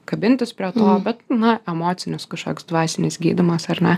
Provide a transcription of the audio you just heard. kabintis prie to bet na emocinis kažkoks dvasinis gydymas ar ne